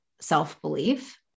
self-belief